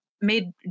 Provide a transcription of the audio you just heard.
made